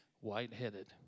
white-headed